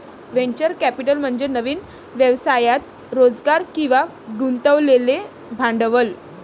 venture capital म्हणजे नवीन व्यवसायात रोजगार किंवा गुंतवलेले भांडवल